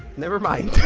nevermind.